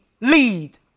lead